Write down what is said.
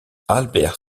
albert